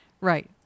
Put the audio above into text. Right